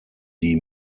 die